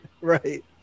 Right